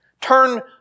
Turn